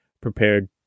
prepared